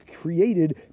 created